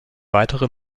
weitere